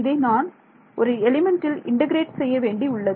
இதை நான் ஒரு எலிமெண்ட்டில் இன்டெகிரேட் செய்ய வேண்டியுள்ளது